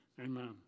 Amen